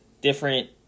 different